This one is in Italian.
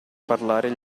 parlare